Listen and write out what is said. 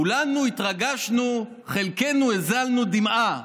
כולנו התרגשנו, חלקנו הזלנו דמעה,